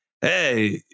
hey